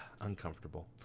uncomfortable